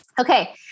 Okay